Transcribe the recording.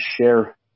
share